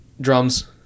Drums